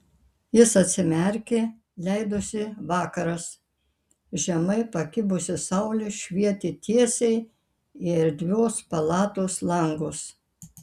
jis atsimerkė leidosi vakaras žemai pakibusi saulė švietė tiesiai į erdvios palatos langus